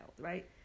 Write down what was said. right